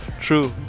True